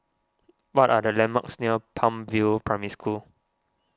what are the landmarks near Palm View Primary School